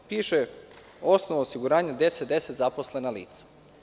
Piše - osnov osiguranja 1010 zaposlena lica.